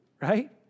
right